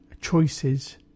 choices